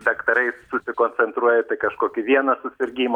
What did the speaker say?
daktarai susikoncentruoja į tai kažkokį vieną susirgimą